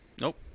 Nope